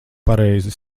pareizi